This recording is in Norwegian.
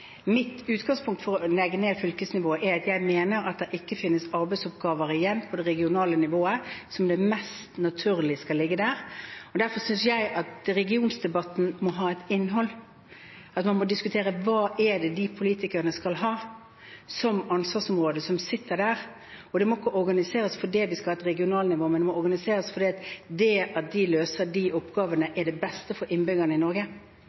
Mitt utgangspunkt for å legge ned fylkesnivået er at jeg mener at det ikke finnes arbeidsoppgaver igjen på det regionale nivået som er mest naturlig at skal ligge der. Derfor synes jeg at regionsdebatten må ha et innhold, at man må diskutere hva de politikerne som sitter der, skal ha som ansvarsområde. Det må ikke organiseres fordi man skal ha et regionalt nivå, men det må organiseres fordi det at de løser de oppgavene, er det beste for innbyggerne i Norge.